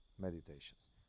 meditations